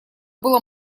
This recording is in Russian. было